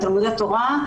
תלמודי התורה,